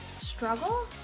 struggle